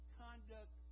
conduct